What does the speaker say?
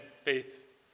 faith